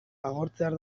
agortzear